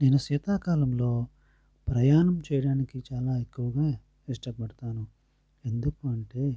నేను శీతాకాలంలో ప్రయాణం చేయడానికి చాలా ఎక్కువగా ఇష్టపడతాను ఎందుకంటే